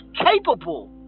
capable